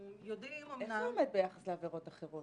איך זה עומד ביחס לעבירות אחרות,